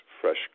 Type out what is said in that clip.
fresh